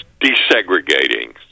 desegregating